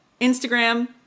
Instagram